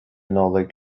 nollag